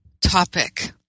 topic